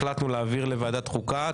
החלטנו להעביר לוועדת חוקה.